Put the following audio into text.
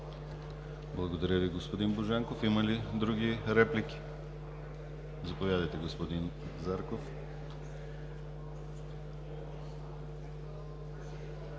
Благодаря Ви, господин Божанков. Има ли други реплики? Заповядайте, господин Зарков.